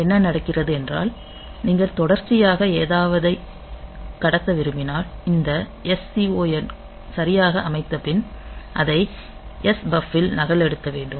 என்ன நடக்கிறது என்றால் நீங்கள் தொடர்ச்சியாக ஏதாவது கடத்த விரும்பினால் இந்த SCON சரியாக அமைத்த பின் அதை S பஃப்பில் நகலெடுக்க வேண்டும்